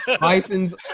Bison's